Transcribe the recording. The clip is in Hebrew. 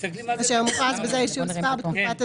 אשר מוכרז בזה יישוב ספר בתקופת הזכאות: